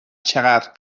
چقدر